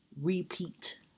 repeat